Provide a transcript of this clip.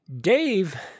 Dave